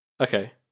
Okay